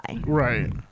Right